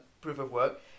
proof-of-work